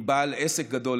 אם בעל עסק גדול,